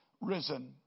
risen